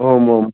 ओम् ओम्